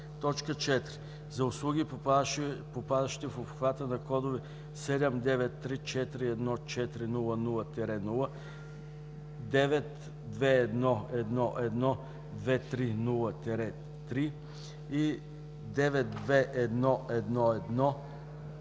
4. за услуги, попадащи в обхвата на кодове 79341400-0, 92111230-3 и 92111240-6